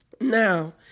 Now